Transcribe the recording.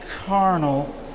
carnal